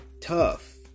tough